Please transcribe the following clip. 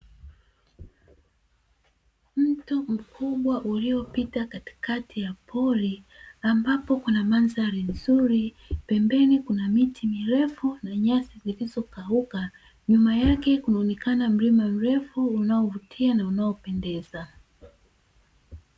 Mto mkubwa uliopita katikati ya pori ambapo kuna mandhari nzuri, pembeni kuna miti mirefu na nyasi zilizokauka; nyuma yake kuna onekana mlima mrefu unaovutia na unaopendeza.